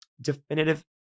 definitive